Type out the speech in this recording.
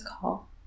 call